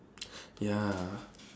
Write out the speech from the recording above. ya